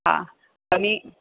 हा पनी